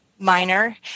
minor